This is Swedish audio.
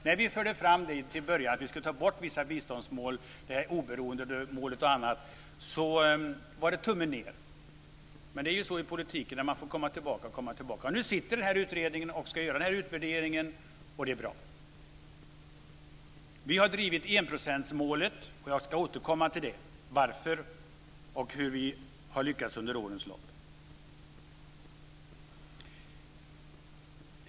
När vi förde fram att vissa biståndsmål, bl.a. oberoendemålet, skulle tas bort, var det tummen ned. Så är det i politiken, att man får komma tillbaka gång på gång. Nu är utredningen tillsatt och den ska göra en utvärdering. Det är bra. Vi har drivit enprocentsmålet. Jag ska återkomma till varför och hur vi har lyckats under årens lopp.